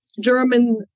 German